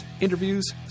interviews